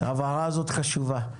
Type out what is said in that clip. ההבהרה הזאת חשובה.